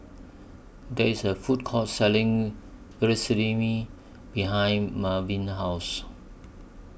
There IS A Food Court Selling Vermicelli behind Marvin's House